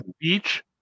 beach